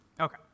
okay